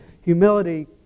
humility